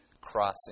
crossing